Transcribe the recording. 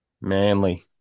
Manly